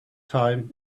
time